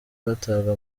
batabwa